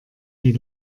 wie